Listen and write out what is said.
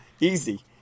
easy